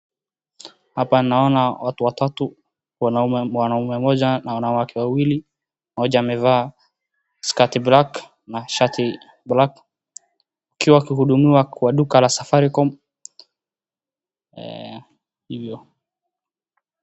Hapa naona watu watatu, wanaume, mwanaume mmoja na wanawake wawili, mmoja amevaa skati black na shati black , ikiwa kuhudumiwa kwa duka la Safaricom, hivo.